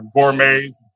gourmets